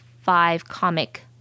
five-comic